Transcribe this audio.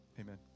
Amen